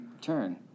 turn